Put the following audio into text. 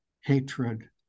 hatred